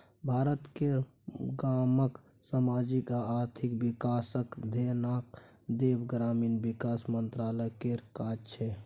भारत केर गामक समाजिक आ आर्थिक बिकासक धेआन देब ग्रामीण बिकास मंत्रालय केर काज छै